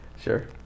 Sure